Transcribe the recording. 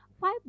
five